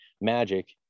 Magic